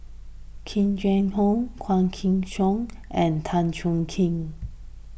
Yee Jenn Jong Quah Kim Song and Tan Chuan Jin